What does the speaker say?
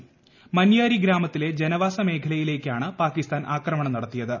ഗ്ന്റെയാരി ഗ്രാമത്തിലെ ജനവാസ മേഖലയിലേക്കാണ് പാകിസ്താൻ ആക്രമണം നടത്തിയത്